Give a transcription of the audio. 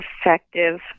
effective